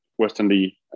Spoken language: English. Westernly